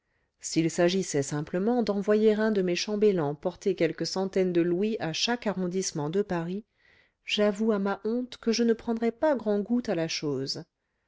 s'il s'agissait simplement d'envoyer un de mes chambellans porter quelques centaines de louis à chaque arrondissement de paris j'avoue à ma honte que je ne prendrais pas grand goût à la chose